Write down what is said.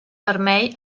vermell